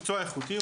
מקצוע איכותי,